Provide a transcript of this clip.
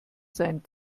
seinen